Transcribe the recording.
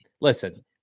Listen